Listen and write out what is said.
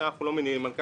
אנחנו לא מלינים על כך,